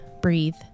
breathe